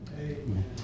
Amen